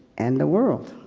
and the world.